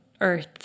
earth